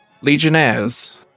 Legionnaires